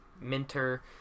Minter